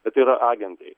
bet yra agentai